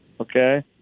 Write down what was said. Okay